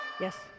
Yes